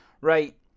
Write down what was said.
right